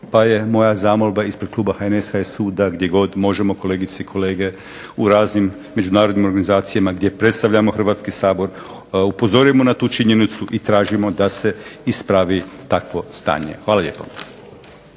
pa je moja zamolba ispred kluba HNS, HSU da gdje god možemo kolegice i kolege u raznim međunarodnim organizacijama gdje predstavljamo Hrvatski sabor upozorimo na tu činjenicu i tražimo da se ispravi takvo stanje. Hvala lijepo.